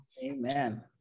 amen